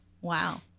Wow